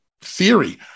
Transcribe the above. theory